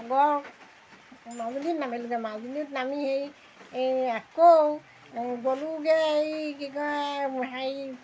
সাগৰ মাজুলীত নামিলোঁগৈ মাজুলীত নামি এই আকৌ এই গ'লোঁগৈ এই কি কয় হেৰি